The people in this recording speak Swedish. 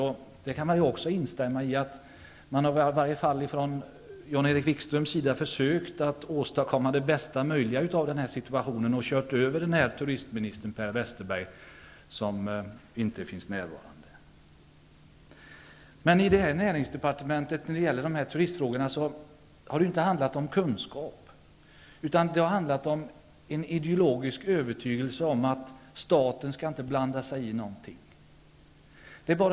Jag kan instämma i att Jan-Erik Wikström har försökt att göra det bästa möjliga av den här situationen och kört över turistministern Per Westerberg, som inte är närvarande. I näringsdepartementet har det när det gäller turistfrågorna inte handlat om kunskap. Det har handlat om en ideologisk övertygelse om att staten inte skall blanda sig i någonting.